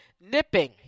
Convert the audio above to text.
Nipping